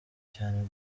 cyane